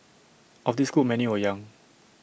of this group many were young